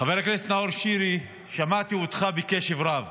חבר הכנסת נאור שירי, שמעתי אותך בקשב רב